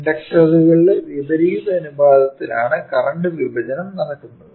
ഇൻഡക്ടറുകളുടെ വിപരീത അനുപാതത്തിൽ ആണ് കറന്റ് വിഭജനം നടക്കുന്നത്